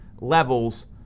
levels